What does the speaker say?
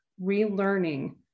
relearning